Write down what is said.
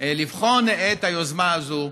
לבחון את היוזמה הזאת,